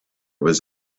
was